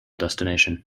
destination